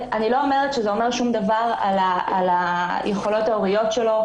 אני לא אומרת שזה אומר שום דבר על היכולות ההוריות שלו,